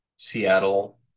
Seattle